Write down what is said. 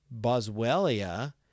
Boswellia